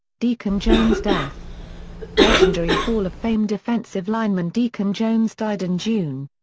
deacon jones' death legendary hall of fame defensive lineman deacon jones died in june.